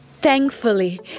Thankfully